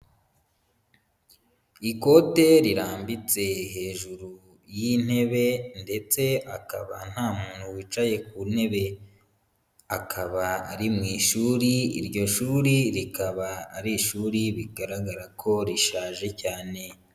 Ikote rirambitse hejuru y'intebe ndetse akaba nta muntu wicaye ku ntebe. Akaba ari mu ishuri, iryo shuri rikaba ari ishuri bigaragara ko rishaje cyane.